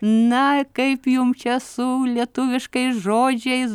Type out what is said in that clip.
na kaip jum čia su lietuviškais žodžiais